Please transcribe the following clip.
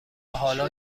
حالا